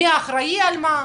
מי אחראי על מה?